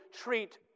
treat